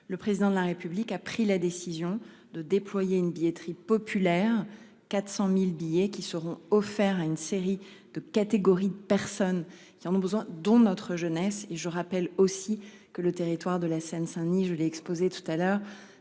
Le président de la République a pris la décision de déployer une billetterie populaire 400.000 billets qui seront offerts à une série de catégories de personnes qui en ont besoin, dont notre jeunesse et je rappelle aussi que le territoire de la Seine. Je l'ai exposé tout à l'heure